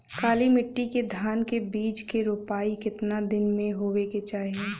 काली मिट्टी के धान के बिज के रूपाई कितना दिन मे होवे के चाही?